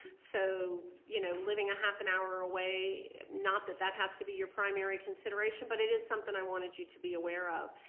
so you know living a half an hour away, not that that has to be your primary consideration, but it is something i wanted you to be aware of,